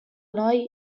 noi